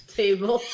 table